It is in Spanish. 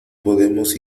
podemos